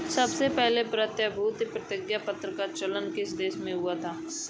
सबसे पहले प्रतिभूति प्रतिज्ञापत्र का चलन किस देश में हुआ था?